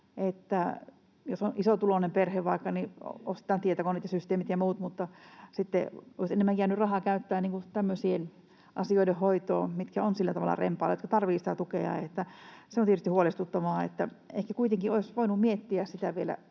vaikka isotuloinen perhe, niin heille ostetaan tietokoneet ja systeemit ja muut, vaikka muuten olisi enemmän jäänyt rahaa käyttää tämmöisten asioiden hoitoon, mitkä ovat sillä tavalla rempallaan, ja opiskelijoihin, jotka tarvitsevat sitä tukea. Se on tietysti huolestuttavaa.